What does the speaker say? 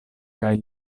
kaj